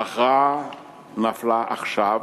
ההכרעה נפלה עכשיו,